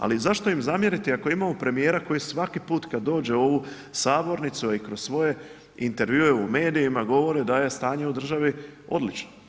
Ali zašto im zamjeriti ako imamo premijera koji svaki put kad dođe u ovu sabornicu i kroz svoje intervjue u medijima, govori da je stanje u državi odlično?